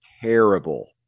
terrible